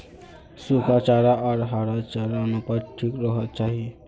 सुखा चारा आर हरा चारार अनुपात ठीक रोह्वा चाहि